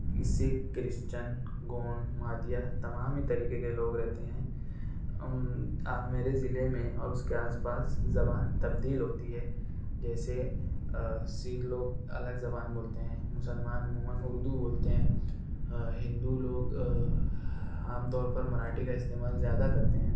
اس سے کرشچن گون مادیہ تمامی طریقے کے لوگ رہتے ہیں میرے ضلع میں اور اس کے آس پاس زبان تبدیل ہوتی ہے جیسے سکھ لوگ الگ زبان بولتے ہیں مسلمان عموماً اردو بولتے ہیں ہندو لوگ عام طور پر مراٹھی کا استعمال زیادہ کرتے ہیں